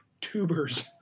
tubers